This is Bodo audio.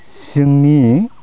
जोंनि